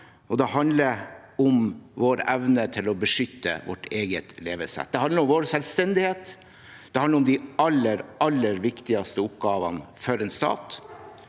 verdier og vår evne til å beskytte vårt eget levesett. Det handler om vår selvstendighet. Det handler om de aller, aller viktigste oppgavene for en stat